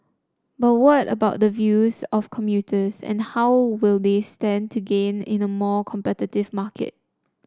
but what about the views of commuters and how will they stand to gain in a more competitive market